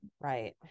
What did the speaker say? Right